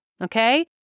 Okay